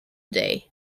day